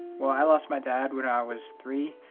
well, i lost my dad when i was three,